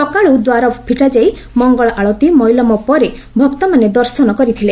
ସକାଳୁ ଦ୍ୱାର ଫିଟାଯାଇ ମଙ୍ଗଳ ଆଳତୀ ମଇଲମ ପରେ ଭକ୍ତମାନେ ଦର୍ଶନ କରିଥିଲେ